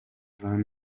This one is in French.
vingt